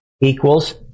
equals